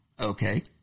okay